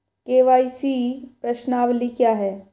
KYC प्रश्नावली क्या है?